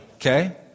Okay